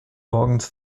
morgens